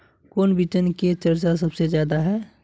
कौन बिचन के चर्चा सबसे ज्यादा है?